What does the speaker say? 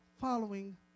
following